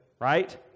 right